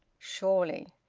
surely!